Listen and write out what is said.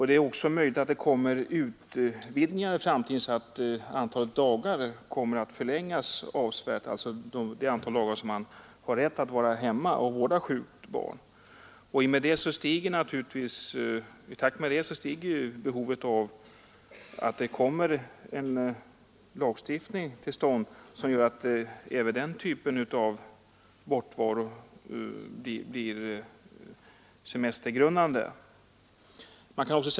Det är också möjligt att den i framtiden kommer att utvidgas så att det antal dagar man har rätt att vara hemma och vårda sjukt barn kommer att ökas avsevärt. I takt med det ökar behovet av en lagstiftning innebärande att även denna typ av bortovaro blir semestergrundande.